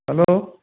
hello